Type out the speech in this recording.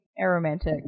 aromantic